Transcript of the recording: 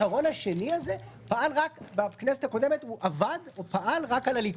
העיקרון השני הזה פעל בכנסת הקודמת רק על הליכוד.